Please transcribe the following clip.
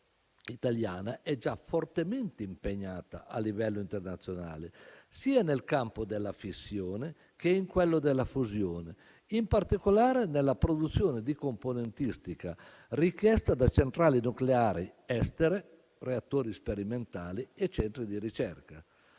italiana è già fortemente impegnata a livello internazionale sia nel campo della fissione che in quello della fusione, in particolare nella produzione di componentistica richiesta da centrali nucleari estere, reattori sperimentali e centri di ricerca.